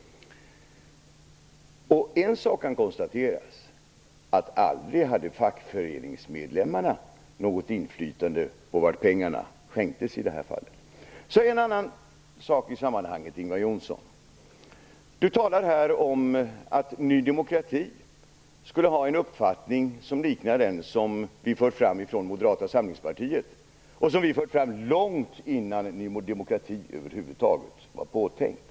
En sak kan konstateras: Aldrig hade fackföreningsmedlemmarna något inflytande över vart pengarna skänktes. En annan sak i sammanhanget. Ingvar Johnsson talar om att Ny demokrati skulle ha en uppfattning som liknar den som vi för fram från Moderata samlingspartiet och som vi fört fram långt innan Ny demokrati över huvud taget var påtänkt.